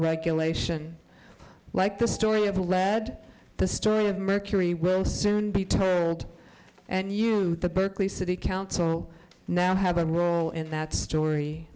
regulation like the story of the lead the story of mercury will soon be told and you the berkeley city council now have a role in that story